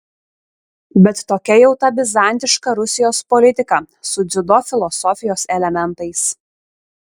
bet tokia jau ta bizantiška rusijos politika su dziudo filosofijos elementais